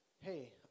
hey